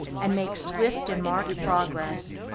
and makes swift and marked progress,